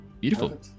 beautiful